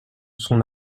son